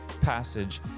passage